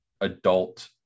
adult